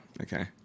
okay